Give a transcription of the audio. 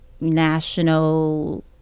national